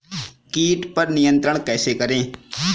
कीट पर नियंत्रण कैसे करें?